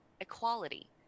equality